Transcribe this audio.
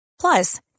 Plus